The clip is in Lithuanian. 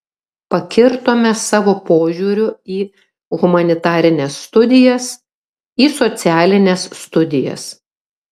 pakirtome savo požiūriu į humanitarines studijas į socialines studijas